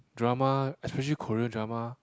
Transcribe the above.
drama especially Korean drama